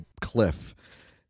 cliff